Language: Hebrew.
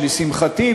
שלשמחתי,